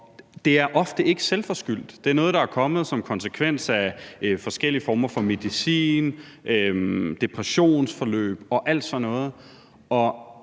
det er ofte ikke selvforskyldt. Det er noget, der er kommet som konsekvens af forskellige former for medicin, depressionsforløb og alt sådan noget.